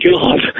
God